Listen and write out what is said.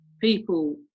people